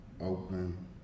open